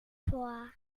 vor